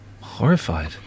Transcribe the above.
Horrified